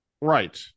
Right